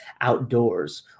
outdoors